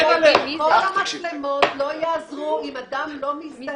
כל המצלמות לא יעזרו אם אדם לא מזדהה.